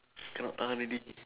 cannot tahan already